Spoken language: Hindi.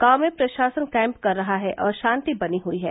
गांव में प्रशासन कैम्प कर रहा है और शान्ति बनी हुयी है